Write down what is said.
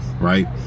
right